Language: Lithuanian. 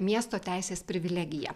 miesto teisės privilegiją